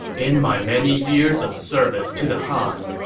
in my many years of service to the han,